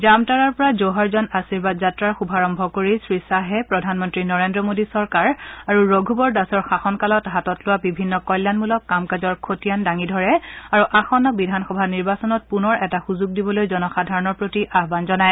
জামতাৰাৰ পৰা জোহৰ জন আশিৰ্বাদ যাত্ৰাৰ শুভাৰম্ভ কৰি শ্ৰীশ্বাহে প্ৰধানমন্ত্ৰী নৰেন্দ্ৰ মোদী চৰকাৰ আৰু ৰঘুবৰ দাসৰ শাসনকালত হাতত লোৱা বিভিন্ন কল্যাণমূলক কাম কাজৰ খতিয়ান দাঙি ধৰে আৰু আসন্ন বিধানসভা নিৰ্বাচনত পুনৰ এটা সুযোগ দিবলৈ জনসাধাৰণৰ প্ৰতি আহান জনায়